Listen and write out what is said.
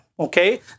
Okay